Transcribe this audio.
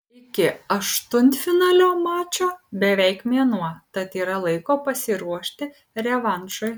iki aštuntfinalio mačo beveik mėnuo tad yra laiko pasiruošti revanšui